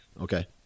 okay